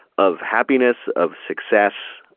of happiness, of success,